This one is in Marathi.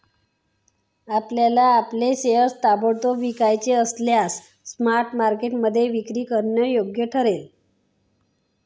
आपल्याला आपले शेअर्स ताबडतोब विकायचे असल्यास स्पॉट मार्केटमध्ये विक्री करणं योग्य ठरेल